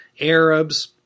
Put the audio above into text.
Arabs